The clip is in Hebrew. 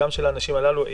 גם של האנשים הללו,